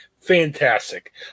Fantastic